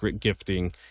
gifting